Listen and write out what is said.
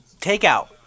Takeout